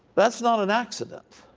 that s not an accident.